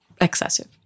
Excessive